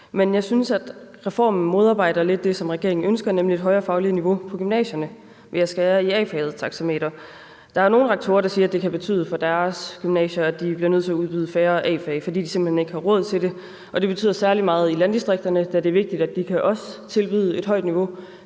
Men jeg synes, at reformen lidt modarbejder det, som regeringen ønsker, nemlig et højere fagligt niveau på gymnasierne, ved at man skærer i A-fagstaxameteret. Der er nogle rektorer, der siger, at det for deres gymnasier kan betyde, at de bliver nødt til at udbyde færre A-fag, fordi de simpelt hen ikke har råd til det, og det betyder særlig meget i landdistrikterne, da det er vigtigt, at de også kan tilbyde et højt niveau,